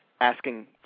asking